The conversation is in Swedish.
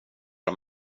som